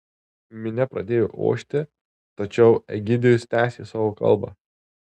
minia pradėjo ošti tačiau egidijus tęsė savo kalbą